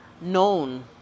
known